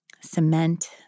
cement